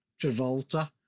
Travolta